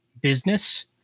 business